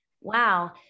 Wow